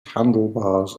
handlebars